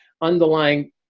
underlying